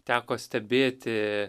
teko stebėti